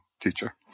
teacher